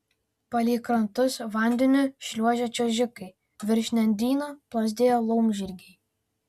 palei krantus vandeniu šliuožė čiuožikai virš nendryno plazdėjo laumžirgiai